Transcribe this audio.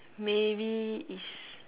maybe is